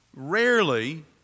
Rarely